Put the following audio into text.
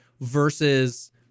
versus